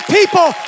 people